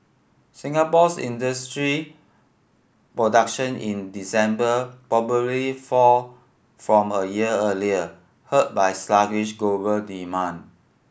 Singapore's industry production in December probably fall from a year earlier hurt by sluggish global demand